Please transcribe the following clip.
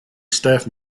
staff